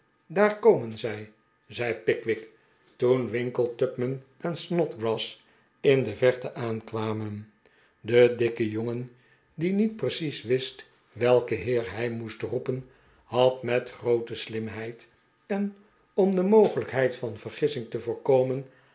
daar komen zij zei pickwick toen winkle tupman en snodgrass in de verte aankwamen de dikke jongen die niet precies wist welken heer hij moest roepen had met groote slimheid en om de mogelijkheid van vergissingen te voorkomen